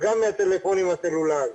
וגם מהטלפונים הסלולריים.